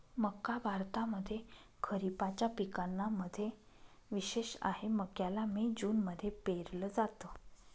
मक्का भारतामध्ये खरिपाच्या पिकांना मध्ये विशेष आहे, मक्याला मे जून मध्ये पेरल जात